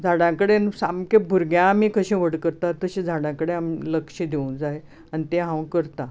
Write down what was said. झाडां कडेन कशें जशें भुरगें आमी व्हड करता तशें झाडां कडेन आमी लक्ष दिवंक जाय आनी तें हांव करता